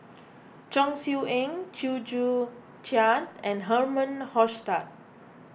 Chong Siew Ying Chew Joo Chiat and Herman Hochstadt